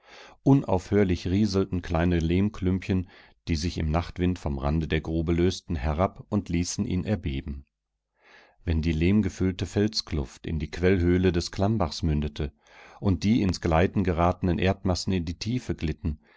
unaufhörlich rieselten kleine lehmklümpchen die sich im nachtwind vom rande der grube lösten herab und ließen ihn erbeben wenn die lehmgefüllte felskluft in die quellhöhle des klammbachs mündete und die ins gleiten geratenen erdmassen in die tiefe glitten